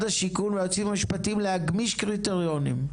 השיכון ונציב המשפטים להגמיש קריטריונים,